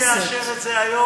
למה לא רצית לאשר את זה היום,